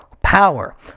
power